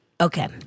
Okay